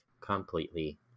completely